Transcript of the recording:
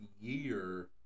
year